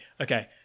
okay